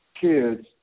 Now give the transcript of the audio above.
kids